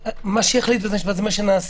ומה שיחליט בית המשפט זה מה שנעשה.